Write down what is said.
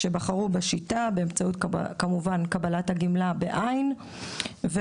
שבחרו בשיטה באמצעות קבלת הגמלה; חברת